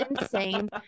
insane